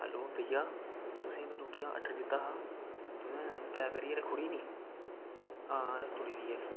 hello भैया तुसेंई मैं रुट्टी दा आर्डर दित्ता हा तुसें पैक करियै रक्खी ओड़ी नी हां रक्खी ओड़ी दी ऐ